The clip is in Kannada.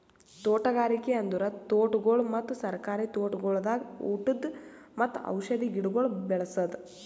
ತೋಟಗಾರಿಕೆ ಅಂದುರ್ ತೋಟಗೊಳ್ ಮತ್ತ ಸರ್ಕಾರಿ ತೋಟಗೊಳ್ದಾಗ್ ಉಟದ್ ಮತ್ತ ಔಷಧಿ ಗಿಡಗೊಳ್ ಬೇಳಸದ್